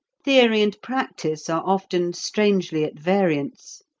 theory and practice are often strangely at variance.